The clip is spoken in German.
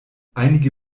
einige